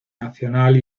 nacional